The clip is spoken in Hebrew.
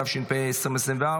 התשפ"ה 2024,